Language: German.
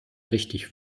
richtig